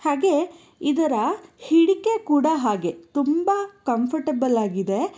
ಹಾಗೆ ಇದರ ಹಿಡಿಕೆ ಕೂಡ ಹಾಗೆ ತುಂಬ ಕಂಫರ್ಟಬಲ್ ಆಗಿದೆ